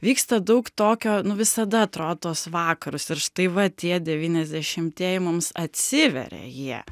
vyksta daug tokio nu visada atro tuos vakarus ir štai va tie devyniasdešimtieji mums atsiveria jie